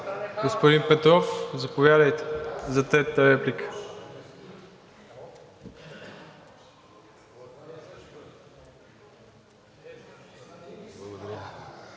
Господин Петров, заповядайте, за третата реплика.